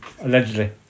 Allegedly